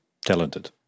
talented